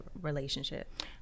relationship